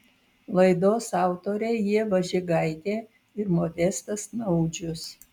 laidos autoriai ieva žigaitė ir modestas naudžius